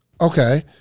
Okay